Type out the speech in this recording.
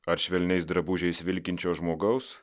ar švelniais drabužiais vilkinčio žmogaus